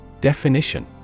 Definition